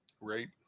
Right